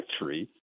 victory